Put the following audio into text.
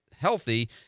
healthy